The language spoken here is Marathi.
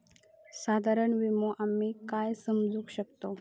साधारण विमो आम्ही काय समजू शकतव?